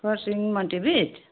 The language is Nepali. खरसाङ मन्टिभिट